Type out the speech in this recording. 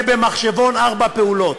זה במחשבון ארבע פעולות.